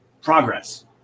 progress